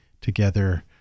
together